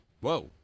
Whoa